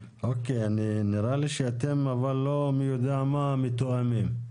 נראה לי שאתם לא כל כך מתואמים.